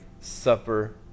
supper